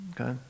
Okay